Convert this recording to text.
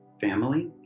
family